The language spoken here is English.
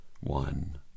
one